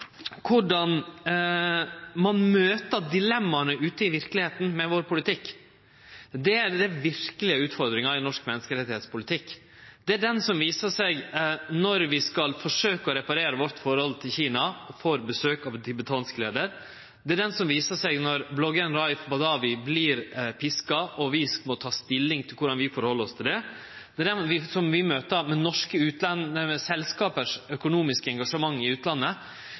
korleis vi møter dilemma ute i verkelegheita med politikken vår. Det er den verkelege utfordringa i norsk menneskerettspolitikk. Det er den som viser seg når vi skal prøve å reparere forholdet vårt til Kina og får besøk av ein tibetansk leiar. Det er den som viser seg når bloggaren Raif Badawi vert piska og vi må ta stilling til korleis vi skal handtere det. Det er den vi møter i samband med engasjementet til norske selskap i utlandet,